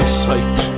sight